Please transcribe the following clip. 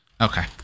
Okay